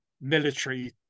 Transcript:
military